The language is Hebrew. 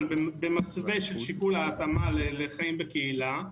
במסווה של שיקול ההתאמה לחיים בקהילה.